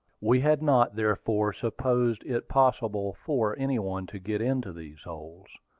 we had not therefore supposed it possible for any one to get into these holds.